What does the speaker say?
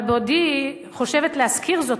אבל בעודי חושבת להזכיר זאת,